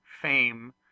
fame